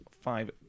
five